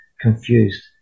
confused